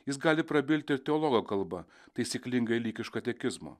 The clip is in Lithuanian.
jis gali prabilti ir teologo kalba taisyklingai lyg iš katekizmo